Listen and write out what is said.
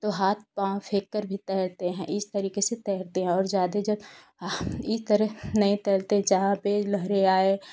तो हाथ पाँव फेंक कर भी तैरते हैं इस तरीके से तैरते हैं और जादे जब करे नहीं तैरते हैं जहाँ पे लहरें आयें